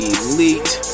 elite